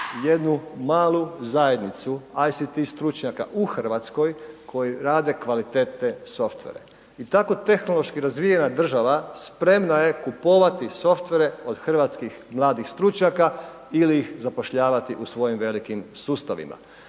jednu malu zajednicu ICT stručnjaka u Hrvatskoj koji rade kvalitetne software. I tako tehnološki razvijena država spremna je kupovati software od hrvatskih mladih stručnjaka ili ih zapošljavati u svojim velikim sustavima.